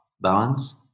balance